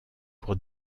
pour